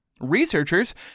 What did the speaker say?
Researchers